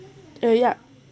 uh ya